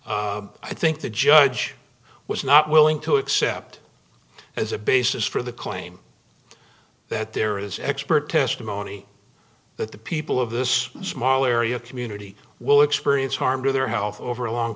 i think the judge was not willing to accept as a basis for the claim that there is expert testimony that the people of this small area of community will experience harm to their health over a long